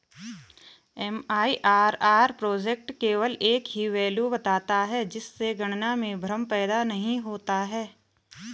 MIRR project केवल एक ही वैल्यू बताता है जिससे गणना में भ्रम पैदा नहीं होता है